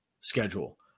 schedule